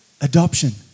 adoption